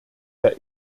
der